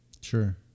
sure